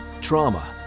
trauma